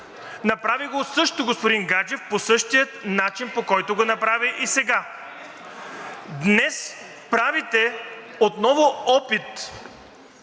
Направи го същото господин Гаджев, по същия начин, по който го направи и сега. Днес правите отново опит